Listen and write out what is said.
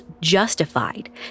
justified